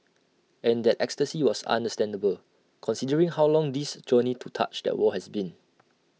and that ecstasy was understandable considering how long this journey to touch that wall has been